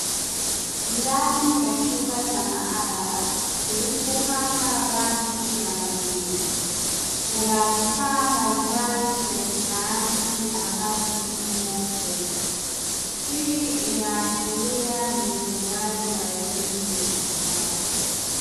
Ndani ya chumba cha maabara kilichopakwa rangi ya maziwa, kuna vifaa mbalimbali vya kisayansi ambavyo vimo humo. Hii inaashiria ni utolewaji wa elimu ya sekondari.